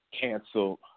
canceled